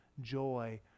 joy